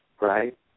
Right